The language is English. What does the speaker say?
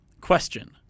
Question